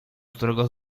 którego